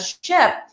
ship